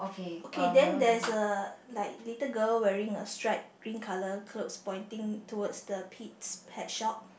okay then there is a like little girl wearing a striped green colour clothes pointing towards the Pete's Pet Shop